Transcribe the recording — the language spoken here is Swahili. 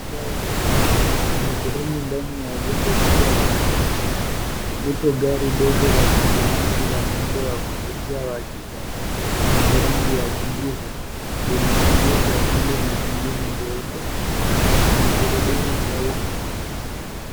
Saa ya mchana kwenye sehemu ndani ya jengo kubwa la maonyesho. lipo gari dogo la kibinafsi la muundo wa kuvutia wa kisasa lenye rangi ya kijivu, limeegeshwa kando na jingine jeupe. Lina magurudumu meusi.